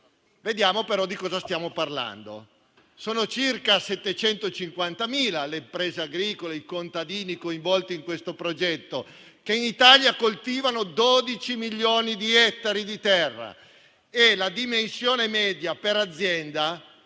Vediamo però di cosa stiamo parlando. Sono circa 750.000 le imprese agricole e i contadini coinvolti in questo progetto, che in Italia coltivano 12 milioni di ettari di terra. La dimensione media per azienda